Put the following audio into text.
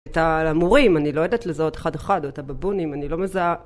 את המורים, אני לא יודעת לזהות אחד-אחד או את הבבונים, אני לא מזהה.